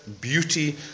beauty